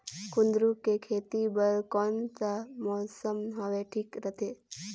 कुंदूरु के खेती बर कौन सा मौसम हवे ठीक रथे?